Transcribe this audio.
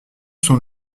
sont